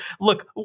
look